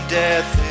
death